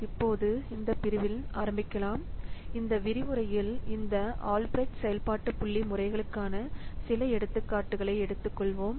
இப்போது இந்த பிரிவில் ஆரம்பிக்கலாம் இந்த விரிவுரையில் இந்த ஆல்பிரெக்ட் செயல்பாட்டு புள்ளி முறைகளுக்கான சில எடுத்துக்காட்டுகளை எடுத்துக்கொள்வோம்